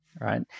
right